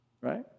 Right